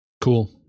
Cool